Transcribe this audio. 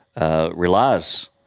relies